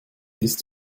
ist